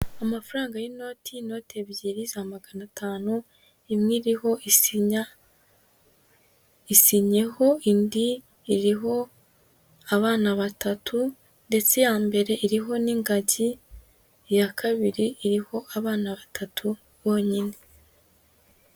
Amafaranga y'inoti, inote ebyiri za magana atanu, imwe iriho isinya isinyeho, indi iriho abana batatu ndetse iya mbere iriho n'ingagi, iya kabiri iriho abana batatu bonyine.